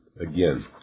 again